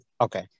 Okay